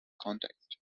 context